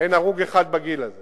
אין הרוג אחד בגיל הזה